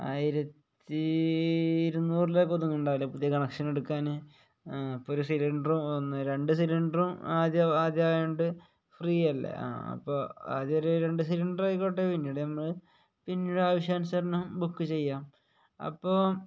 ആയിരത്തി ഇരുന്നൂറിലൊക്കെ ഒതുങ്ങുന്നുണ്ടാവില്ലേ പുതിയ കണക്ഷൻ എടുക്കാൻ അപ്പം ഒരു സിലിണ്ടറും ഒന്ന് രണ്ട് സിലിണ്ടറും ആദ്യം ആദ്യം ആയതുകൊണ്ട് ഫ്രീയല്ലേ ആ അപ്പോൾ ആദ്യം ഒരു രണ്ട് സിലിണ്ടറ് ആയിക്കോട്ടെ പിന്നീട് നമ്മൾ പിന്നീട് ആവശ്യാനുസരണം ബുക്ക് ചെയ്യാം അപ്പോൾ